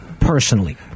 personally